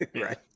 Right